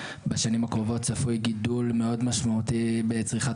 בשנים הקרובות צפוי גידול מאוד משמעותי בצריכת